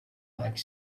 like